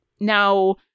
Now